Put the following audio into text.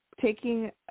taking